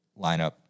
lineup